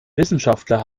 wissenschaftler